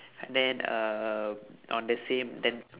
then uh on the same da~